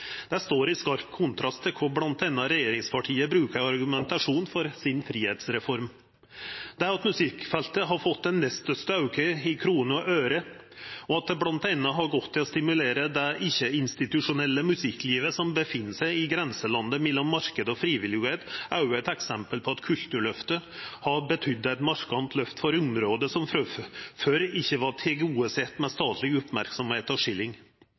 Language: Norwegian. Det står i skarp kontrast til det som bl.a. regjeringspartia brukar i argumentasjonen for sin fridomsreform. Det at musikkfeltet har fått den nest største auken i kroner og øre, og at det bl.a. har gått til å stimulera det ikkje-institusjonelle musikklivet som er i grenselandet mellom marknad og friviljugheit, er òg eit eksempel på at Kulturløftet har betydd eit markant løft for område som før ikkje vart tilgodesette med statleg merksemd og skilling.